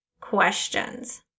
questions